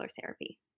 therapy